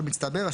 במצטבר,